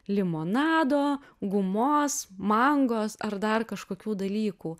limonado gumos mangos ar dar kažkokių dalykų